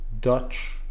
Dutch